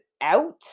out